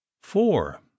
Four